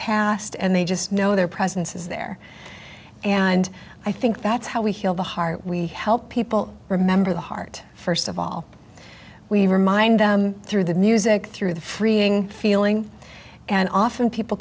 passed and they just know their presence is there and i think that's how we heal the heart we help people remember the heart first of all we remind through the music through the freeing feeling and often people